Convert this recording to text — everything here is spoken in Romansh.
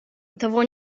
davo